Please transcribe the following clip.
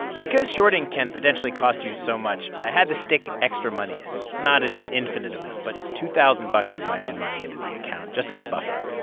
because shorting can potentially cost you so much, i had to stick extra money in not an infinite amount, but two thousand bucks of my own money into the account just as a buffer.